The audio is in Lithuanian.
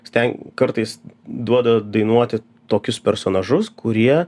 sten kartais duoda dainuoti tokius personažus kurie